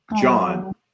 John